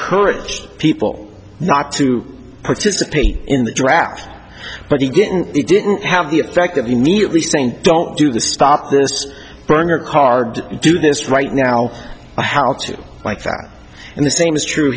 encouraged people not to participate in the draft but he didn't he didn't have the effect of immediately saying don't do this stop this burger card do this right now how to do and the same is true